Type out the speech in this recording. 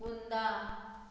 कुंदा